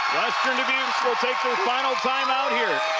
western dubuque will take thefinal time-out here.